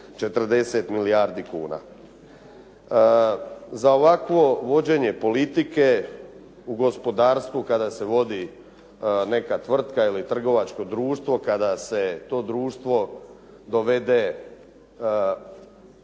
40 milijardi kuna. Za ovakvo vođenje politike u gospodarst5vu kada se vodi neka tvrtka ili trgovačko društvo, kada se to društvo dovede